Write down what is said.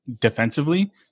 defensively